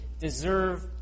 deserve